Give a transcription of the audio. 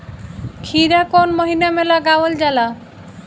खीरा कौन महीना में लगावल जाला?